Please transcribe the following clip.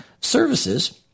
services